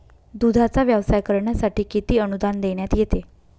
दूधाचा व्यवसाय करण्यासाठी किती अनुदान देण्यात येते?